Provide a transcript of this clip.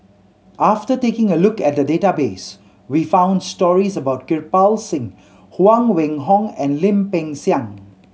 after taking a look at the database we found stories about Kirpal Singh Huang Wenhong and Lim Peng Siang